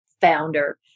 founder